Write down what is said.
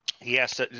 yes